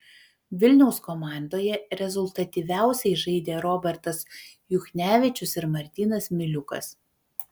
vilniaus komandoje rezultatyviausiai žaidė robertas juchnevičius ir martynas miliukas